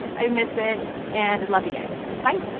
i miss it and love you guys. bye!